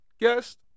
guest